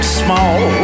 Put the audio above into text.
small